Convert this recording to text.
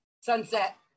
sunset